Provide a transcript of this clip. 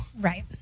Right